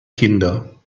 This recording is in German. kinder